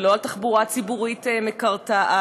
ולא על תחבורה ציבורית מקרטעת,